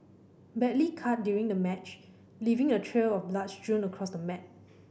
badly cut during the match leaving a trail of blood strewn across the mat